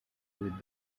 with